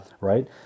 Right